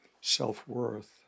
self-worth